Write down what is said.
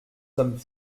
sommes